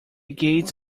gates